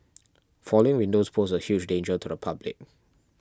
falling windows pose a huge danger to the public